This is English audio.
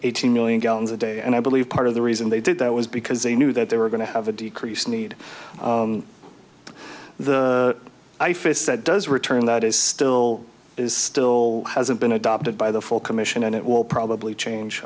eighteen million gallons a day and i believe part of the reason they did that was because they knew that they were going to have a decrease need ifas that does return that is still is still hasn't been adopted by the full commission and it will probably change